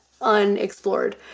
unexplored